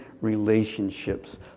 relationships